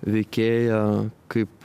veikėją kaip